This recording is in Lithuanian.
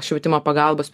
švietimo pagalbos